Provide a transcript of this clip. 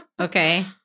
Okay